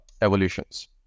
evolutions